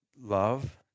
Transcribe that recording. love